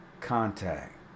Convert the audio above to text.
Contact